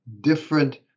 different